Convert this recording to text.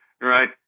right